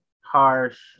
harsh